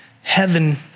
Heaven